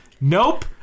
Nope